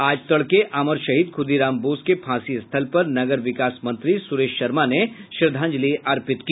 आज तड़के अमर शहीद ख़ुदीराम बोस के फांसी स्थल पर नगर विकास मंत्री सुरेश शर्मा ने श्रद्वांजलि अर्पित किया